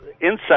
inside